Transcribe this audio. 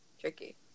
tricky